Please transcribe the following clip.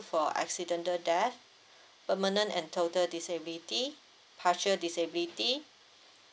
for accidental death permanent and total disability partial disability